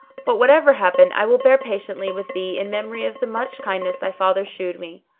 but whatever happen i will bear patiently with thee in memory of the much kindness thy father shewed me.